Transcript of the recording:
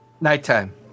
Nighttime